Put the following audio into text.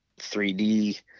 3D